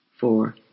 four